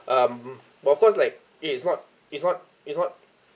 um but of course like it is not it's not it's not